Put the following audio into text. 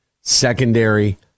secondary